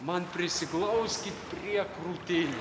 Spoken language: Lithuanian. man prisiglauskit prie krūtinės